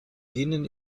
dienen